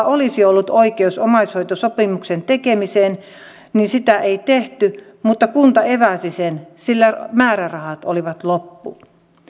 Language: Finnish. olisi ollut oikeus omaishoitosopimuksen tekemiseen sitä ei tehty vaan kunta eväsi sen sillä määrärahat olivat loppu